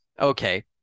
Okay